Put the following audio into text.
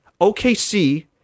OKC